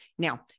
Now